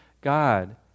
God